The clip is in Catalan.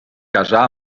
casà